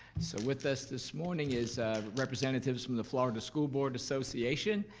so with us this morning is representatives from the florida school board association,